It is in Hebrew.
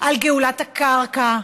על גאולת הקרקע,